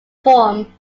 form